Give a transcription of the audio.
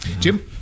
Jim